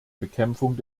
bekämpfung